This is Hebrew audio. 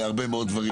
מודה